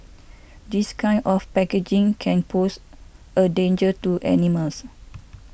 this kind of packaging can pose a danger to animals